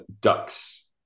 ducks